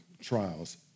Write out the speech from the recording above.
trials